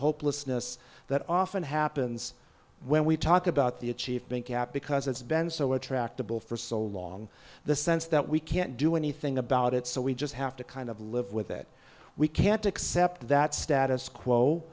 hopelessness that often happens when we talk about the achievement gap because it's been so attractive bill for so long the sense that we can't do anything about it so we just have to kind of live with it we can't accept that status quo